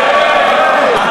לא, לא, לא.